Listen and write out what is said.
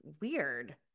weird